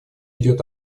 идет